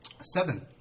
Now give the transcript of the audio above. seven